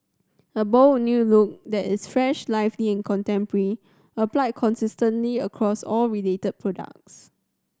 a bold new look that is fresh lively and contemporary applied consistently across all related products